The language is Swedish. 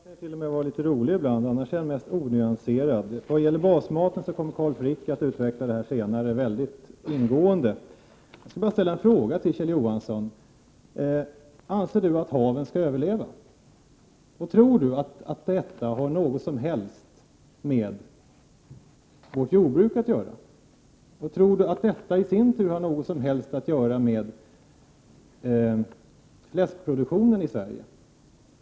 Herr talman! Kjell Johansson kan t.o.m. vara litet rolig ibland. Annars är han mest onyanserad. Vad beträffar basmaten kommer Carl Frick att utveckla våra synpunkter mycket ingående. Jag vill fråga: Anser Kjell Johansson att haven skall överleva? Och tror Kjell Johansson att detta har någonting alls med vårt jordbruk att göra? Tror Kjell Johansson att detta i sin tur har någonting alls att göra med fläskproduktionen i Sverige?